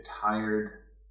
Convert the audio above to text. tired